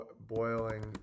Boiling